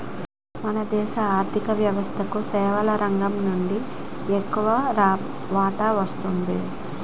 మన దేశ ఆర్ధిక వ్యవస్థకు సేవల రంగం నుంచి ఎక్కువ వాటా వస్తున్నది